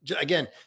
again